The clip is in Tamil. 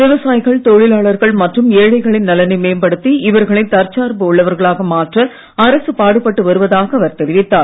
விவசாயிகள் தொழிலாளர்கள் மற்றும் ஏழைகளின் நலனை மேம்படுத்தி இவர்களை தற்சார்பு உள்ளவர்களாக மாற்ற அரசு பாடுபட்டு வருவதாக அவர் தெரிவித்தார்